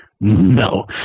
no